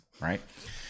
Right